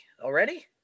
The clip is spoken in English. Already